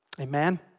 Amen